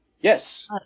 yes